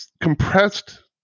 compressed